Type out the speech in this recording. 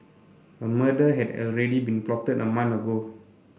a murder had already been plotted a month ago